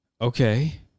okay